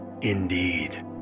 Indeed